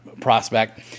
prospect